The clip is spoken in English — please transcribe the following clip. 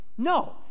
No